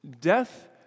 Death